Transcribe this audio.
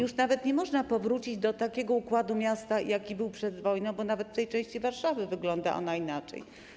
Już nie można powrócić do układu miasta, jaki był przed wojną, bo nawet w tej części Warszawy wygląda on inaczej.